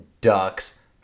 ducks